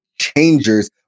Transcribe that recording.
changers